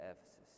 Ephesus